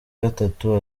gatatu